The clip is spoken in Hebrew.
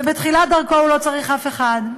ובתחילת דרכו הוא לא צריך אף אחד,